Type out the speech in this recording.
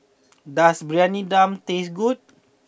does Briyani Dum taste good